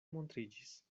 montriĝis